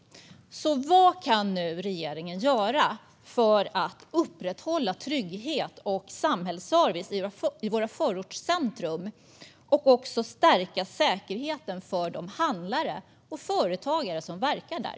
Vad kan nu regeringen göra för att upprätthålla trygghet och samhällsservice i våra förortscentrum och också stärka säkerheten för de handlare och företagare som verkar där?